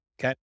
Okay